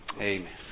Amen